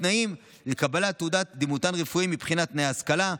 התנאים לקבלת תעודת דימותן רפואי מבחינת תנאי השכלה,